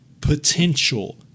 potential